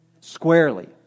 Squarely